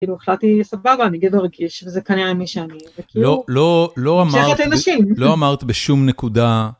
החלטתי סבבה אני גבר רגיש וזה כנראה מי שאני. לא, לא, לא, לא אמרת בשום נקודה.